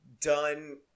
done –